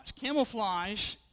Camouflage